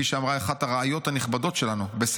כפי שאמרה אחת הרעיות הנכבדות שלנו,